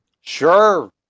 sure